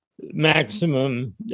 maximum